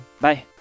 bye